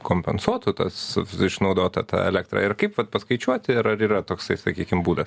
kompensuotų tas išnaudotą tą elektrą ir kaip vat paskaičiuoti ir ar yra toksai sakykim būdas